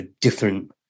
different